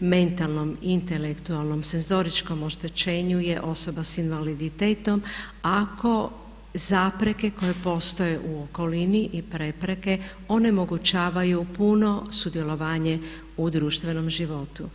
mentalnom, intelektualnom, senzoričkom oštećenju je osoba s invaliditetom ako zapreke koje postoje u okolini i prepreke onemogućavaju puno sudjelovanje u društvenom životu.